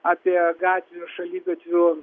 apie gatvių šaligatvių